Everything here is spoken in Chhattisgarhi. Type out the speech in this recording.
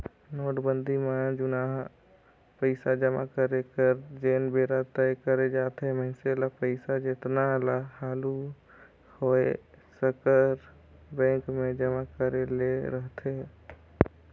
नोटबंदी में जुनहा पइसा जमा करे कर जेन बेरा तय करे जाथे मइनसे ल पइसा जेतना हालु होए सकर बेंक में जमा करे ले रहथे